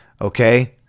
okay